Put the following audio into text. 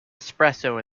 espresso